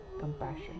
Compassion